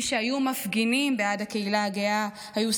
מי שהיו מפגינים בעד הקהילה הגאה היו